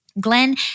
Glenn